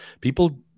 People